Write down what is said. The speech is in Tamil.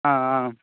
ஆ ஆ